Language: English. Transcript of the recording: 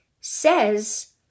says